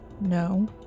No